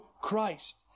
Christ